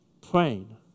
Praying